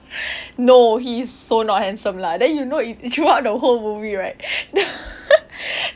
no he's so not handsome lah then you know it throughout the whole movie right